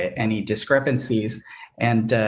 any discrepancies and, ah,